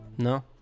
No